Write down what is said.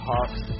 Hawks